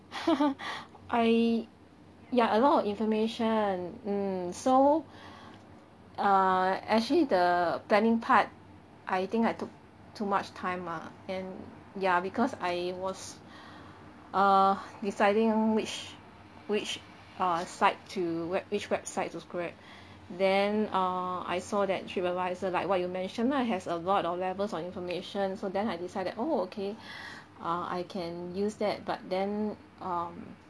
I ya a lot of information mm so err actually the planning part I think I took too much time ah then ya because I was err deciding which which err site to web which website to scrap then err I saw that Tripadvisor like what you mentioned lah has a lot of levels of information so then I decided oh okay uh I can use that but then um